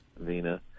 Vina